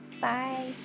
Bye